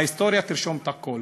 ההיסטוריה תרשום הכול.